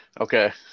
Okay